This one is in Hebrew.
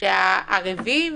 שהערבים